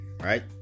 right